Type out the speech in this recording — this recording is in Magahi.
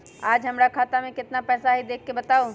आज हमरा खाता में केतना पैसा हई देख के बताउ?